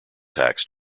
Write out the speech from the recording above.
tax